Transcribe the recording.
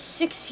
six